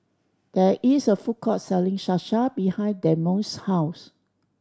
there is a food court selling Salsa behind Dameon's house